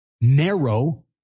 narrow